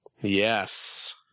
Yes